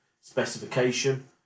specification